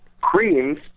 creams